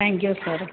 thank you സാറേ